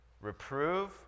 Reprove